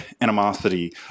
animosity